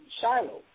Shiloh